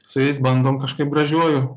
su jais bandom kažkaip gražiuoju